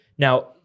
Now